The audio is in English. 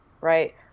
right